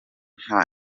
nta